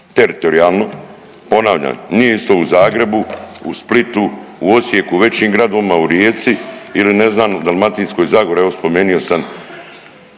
teritorijalno ponavljam nije isto u Zagrebu, u Splitu, u Osijeku, u većim gradovima u Rijeci ili ne znam u Dalmatinskoj zagori. Evo spomenuo sam